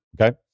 Okay